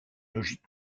logique